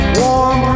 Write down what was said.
warm